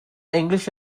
english